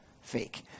fake